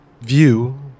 view